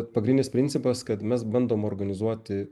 pagrindinis principas kad mes bandom organizuoti